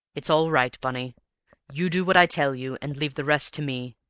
it's all right, bunny you do what i tell you and leave the rest to me.